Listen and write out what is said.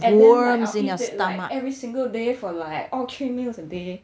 and then like I'll eat it like single day for like all three meals a day